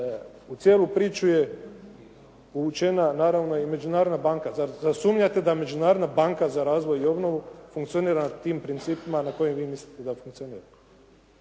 u cijelu priču je uvučena naravno i Međunarodna banka. Zar sumnjate da Međunarodna banka za razvoj i obnovu funkcionira na tim principima na kojim vi mislite da funkcionira?